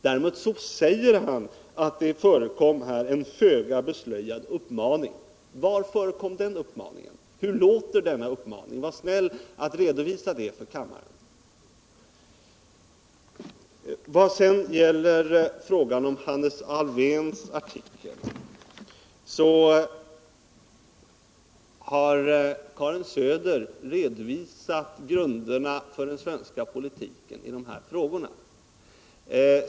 Däremot säger han att det förekom en föga beslöjad uppmaning. Var förekom den uppmaningen? Hur låter den? Var snäll att redovisa den för kammaren! Vad sedan gäller frågan om Hannes Alfvéns artikel kan sägas att Karin Söder har redovisat grunderna för den svenska politiken i dessa frågor.